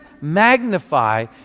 magnify